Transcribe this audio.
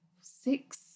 six